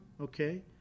okay